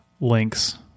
Links